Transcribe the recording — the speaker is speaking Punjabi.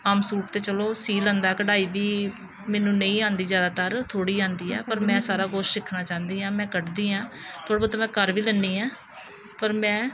ਆਮ ਸੂਟ ਤਾਂ ਚਲੋ ਸਿਊ ਲੈਂਦਾ ਕਢਾਈ ਵੀ ਮੈਨੂੰ ਨਹੀਂ ਆਉਂਦੀ ਜ਼ਿਆਦਾਤਰ ਥੋੜ੍ਹੀ ਆਉਂਦੀ ਆ ਪਰ ਮੈਂ ਸਾਰਾ ਕੁਛ ਸਿੱਖਣਾ ਚਾਹੁੰਦੀ ਹਾਂ ਮੈਂ ਕੱਢਦੀ ਹਾਂ ਥੋੜ੍ਹਾ ਬਹੁਤਾ ਮੈਂ ਕਰ ਵੀ ਲੈਂਦੀ ਹਾਂ ਪਰ ਮੈਂ